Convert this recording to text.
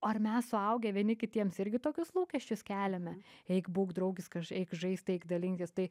ar mes suaugę vieni kitiems irgi tokius lūkesčius keliame eik būk draugiškas eik žaisti eik dalinkis tai